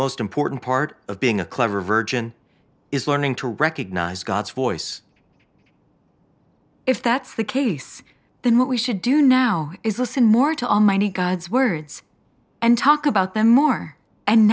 most important part of being a clever virgin is learning to recognize god's voice if that's the case then what we should do now is listen more to almighty god's words and talk about them more and